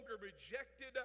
rejected